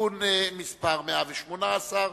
(תיקון מס' 118),